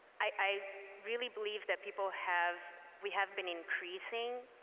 i really believe that people have we have been increasing